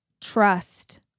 trust